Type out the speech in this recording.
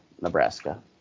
Nebraska